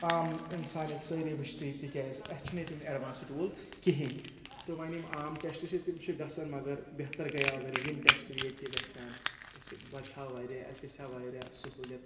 عام اِنسان ییٚتہِ سٲری وٕچھتٕے تِکیازِ اَسِہ چھِنہٕ ییٚتہِ ؤنہِ اٮ۪ڈوانسٕڈ ٹوٗل کِہینۍ تہٕ وۄںۍ یِم عام ٹٮ۪سٹ چھِ تِم چھِ گژھان مگر بہتر گٔیو اگر یِم ٹٮ۪سٹ ییٚتہِ تہِ گژھن أسۍ بَچہو واریاہ اَسِہ گژھِ ہا واریاہ سہوٗلیت